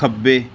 ਖੱਬੇ